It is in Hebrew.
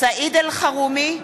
סעיד אלחרומי,